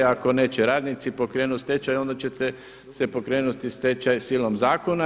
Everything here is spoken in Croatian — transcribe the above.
Ako neće radnici pokrenut stečaj, onda ćete pokrenuti stečaj silom zakona.